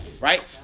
Right